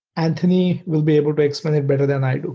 anthony will be able to explain it better than i